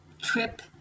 trip